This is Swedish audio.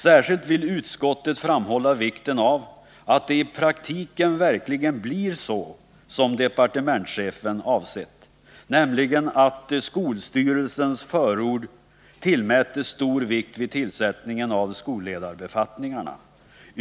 Särskilt vill utskottet framhålla vikten av att det i praktiken verkligen blir så som departementschefen avsett, nämligen att skolstyrelsens förord tillmätes stor vikt vid tillsättningen av skolledarbefattningarna.